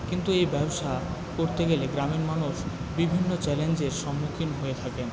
কিন্তু এই ব্যবসা করতে গেলে গ্রামের মানুষ বিভিন্ন চ্যালেঞ্জের সম্মুখীন হয়ে থাকেন